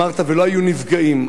אמרת: לא היו נפגעים.